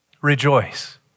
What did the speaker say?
Rejoice